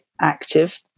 active